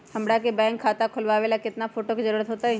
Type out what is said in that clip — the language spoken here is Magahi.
हमरा के बैंक में खाता खोलबाबे ला केतना फोटो के जरूरत होतई?